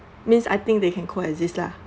means I think they can coexist lah